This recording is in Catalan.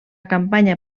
campanya